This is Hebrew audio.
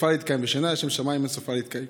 סופה להתקיים,